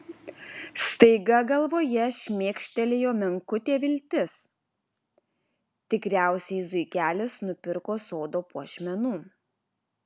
staiga galvoje šmėkštelėjo menkutė viltis tikriausiai zuikelis nupirko sodo puošmenų